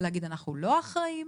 להגיד אנחנו לא אחראים,